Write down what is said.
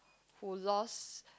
who lost